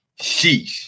Sheesh